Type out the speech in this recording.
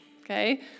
okay